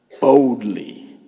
boldly